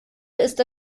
ist